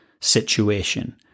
situation